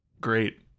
Great